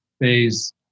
phase